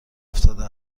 افتاده